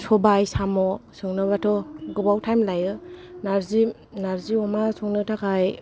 सबाय साम' संनोबाथ' गोबाव टाइम लायो नार्जि अमा संनो थाखाय